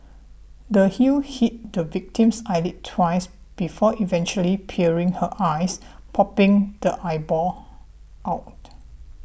the heel hit the victim's eyelid twice before eventually piercing her eyes popping the eyeball out